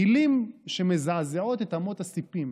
מילים שמזעזעות את אמות הסיפים,